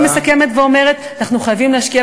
אני מסכמת ואומרת: אנחנו חייבים להשקיע